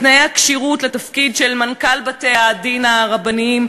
תנאי הכשירות לתפקיד של מנכ"ל בתי-הדין הרבניים,